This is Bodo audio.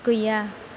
गैया